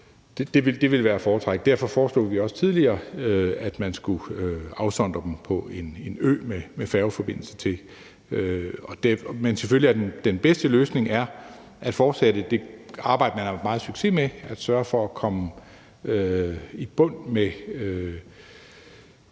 Det ville være at foretrække, og derfor foreslog vi også tidligere, at man skulle afsondre dem på en ø med færgeforbindelse til fastlandet. Men selvfølgelig er den bedste løsning at fortsætte det arbejde, man har haft meget succes med, nemlig at sørge for at komme i bund med